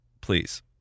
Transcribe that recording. Please